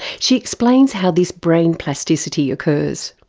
she explains how this brain plasticity occurs.